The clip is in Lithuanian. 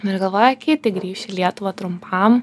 nu ir galvoju okei tai grįšiu į lietuvą trumpam